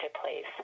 place